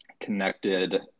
connected